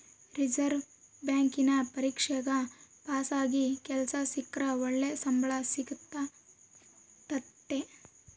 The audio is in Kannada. ರಿಸೆರ್ವೆ ಬ್ಯಾಂಕಿನ ಪರೀಕ್ಷೆಗ ಪಾಸಾಗಿ ಕೆಲ್ಸ ಸಿಕ್ರ ಒಳ್ಳೆ ಸಂಬಳ ಸಿಕ್ತತತೆ